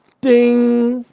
ding,